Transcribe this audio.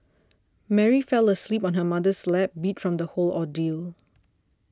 Mary fell asleep on her mother's lap beat from the whole ordeal